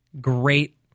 great